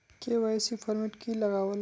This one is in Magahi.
के.वाई.सी फॉर्मेट की लगावल?